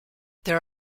there